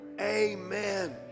Amen